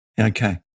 Okay